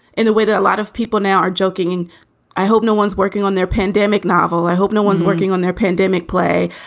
in the way that a lot of people now are joking. and i hope no one's working on their pandemic novel. i hope no one's working on their pandemic play.